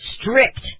strict